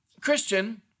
Christian